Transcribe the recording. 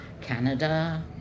Canada